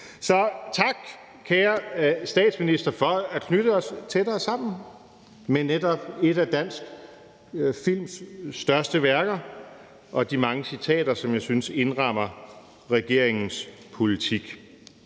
Så tak, kære statsminister, for at knytte os tættere sammen med netop et af dansk films største værker og de mange citater, som jeg synes indrammer regeringens politik.